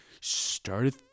started